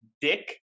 Dick